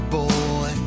boy